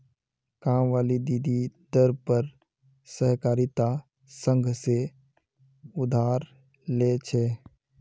कामवाली दीदी दर पर सहकारिता संघ से उधार ले छे